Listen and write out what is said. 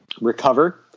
Recover